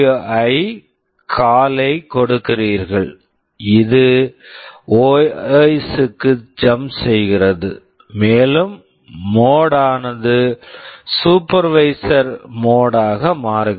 ஐ SWI call call ஐக் கொடுக்கிறீர்கள் இது ஓஎஸ் OS க்குத் ஜம்ப் jump செய்கிறது மேலும் மோட் mode ஆனது சூப்பர்வைஸர் மோட் supervisor mode ஆக மாறுகிறது